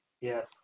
yes